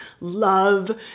love